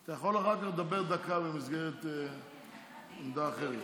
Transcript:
אתה יכול אחר כך לדבר דקה במסגרת עמדה אחרת.